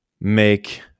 make